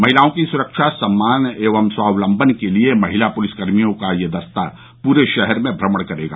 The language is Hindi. महिलाओं की सुरक्षा सम्मान एवं स्वावलम्बन के लिए महिला पुलिस कर्मियों का यह दस्ता पूरे शहर में भ्रमण करेगा